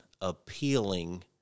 appealing